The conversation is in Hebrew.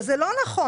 שזה לא נכון,